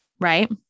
right